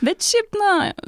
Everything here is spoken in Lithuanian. bet šiaip na